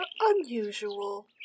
unusual